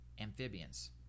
amphibians